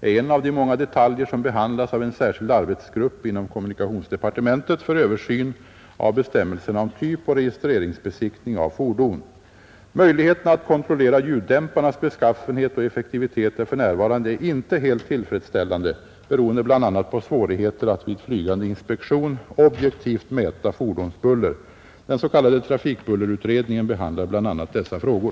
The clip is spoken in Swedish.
är en av de många detaljer som behandlas av en särskild arbetsgrupp inom kommunikationsdepartementet för översyn av bestämmelserna om typoch registreringsbesiktning av fordon. Möjligheterna att kontrollera ljuddämparnas beskaffenhet och effektivitet är för närvarande inte helt tillfredsställande, beroende bl.a. på svårigheter att vid flygande inspektion objektivt mäta fordonsbuller. Den s.k. trafikbullerutredningen behandlar bl.a. dessa frågor.